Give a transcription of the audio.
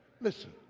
Listen